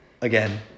again